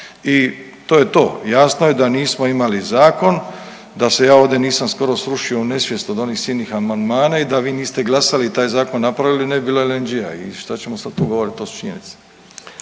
i to je to. Jasno je da nismo imali zakon, da se ja ovdje nisam skoro srušio u nesvijest od onih silnih amandmana i da vi niste glasali i taj zakon napravili ne bi bilo LNG-a i šta ćemo sad tu govorit to su činjenice.